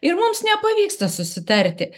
ir mums nepavyksta susitarti